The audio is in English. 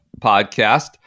podcast